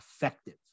effective